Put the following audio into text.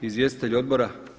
Izvjestitelji odbora?